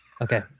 Okay